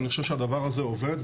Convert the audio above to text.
אני חושב שהדבר הזה עובד,